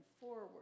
forward